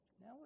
Now